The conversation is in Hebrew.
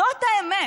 זאת האמת.